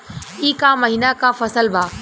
ई क महिना क फसल बा?